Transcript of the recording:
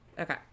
Okay